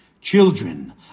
Children